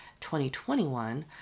2021